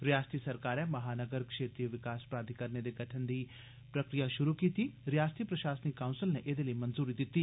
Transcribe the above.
रयासती सरकारै महानगर क्षेत्रीय विकास प्राधिकरण दे गठन लेई प्रक्रिया शुरु कीती रयासती प्रशासनिक काउंसल नै एदे लेई मंजूरी दिती